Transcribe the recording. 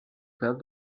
felt